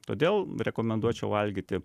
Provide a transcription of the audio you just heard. todėl rekomenduočiau valgyti